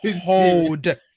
hold